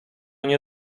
nie